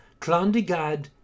Clondigad